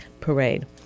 Parade